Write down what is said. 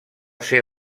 ser